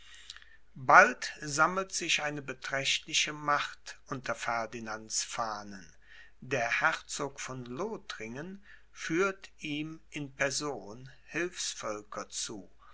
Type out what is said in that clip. bald sammelt sich eine beträchtliche macht unter ferdinands fahnen der herzog von lothringen führt ihm in person hilfsvölker zu